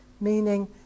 meaning